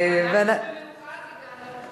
אני קובעת שהצעת החוק עברה פה אחד,